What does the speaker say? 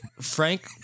frank